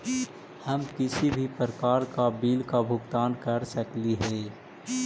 हम किसी भी प्रकार का बिल का भुगतान कर सकली हे?